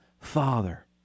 Father